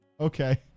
Okay